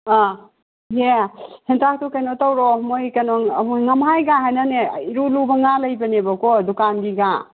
ꯑꯥ ꯏꯍꯦ ꯍꯦꯟꯇꯥꯛꯇꯨ ꯀꯩꯅꯣ ꯇꯧꯔꯣ ꯃꯣꯏ ꯀꯩꯅꯣ ꯑꯩꯈꯣꯏ ꯉꯝꯍꯥꯏꯒ ꯍꯥꯏꯅꯅꯦ ꯏꯔꯨ ꯂꯨꯕ ꯉꯥ ꯂꯩꯕꯅꯦꯕꯀꯣ ꯗꯨꯀꯥꯟꯒꯤ ꯉꯥ